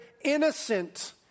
innocent